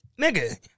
nigga